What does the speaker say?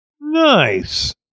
nice